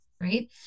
Right